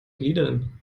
gliedern